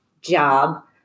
job